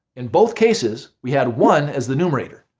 in both cases we had one as the numerator.